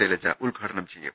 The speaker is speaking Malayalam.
ശൈലജ ഉദ്ഘാടനം ചെയ്യും